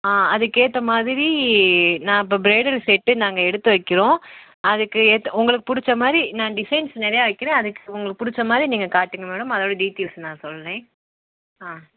ஆ அதுக்கேற்றமாதிரி நான் இப்போ ப்ரைடல் செட்டு நாங்கள் எடுத்து வைக்கிறோம் அதுக்கு ஏற்ற உங்களுக்கு பிடிச்ச மாதிரி நான் டிசைன்ஸ் நிறையா வைக்கிறேன் அதுக்கு உங்களுக்கு பிடிச்ச மாதிரி நீங்கள் காட்டுங்க மேடம் அதோடய டீட்டெய்ல்ஸ் நான் சொல்கிறேன் ஆ